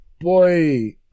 Boy